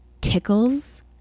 tickles